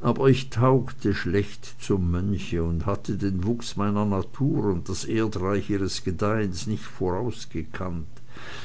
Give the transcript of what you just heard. aber ich taugte schlecht zum mönche und hatte den wuchs meiner natur und das erdreich ihres gedeihens nicht vorausgekannt